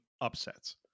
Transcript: upsets